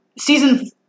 season